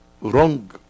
wrong